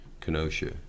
Kenosha